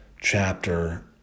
chapter